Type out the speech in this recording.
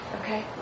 Okay